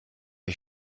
ich